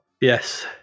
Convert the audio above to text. yes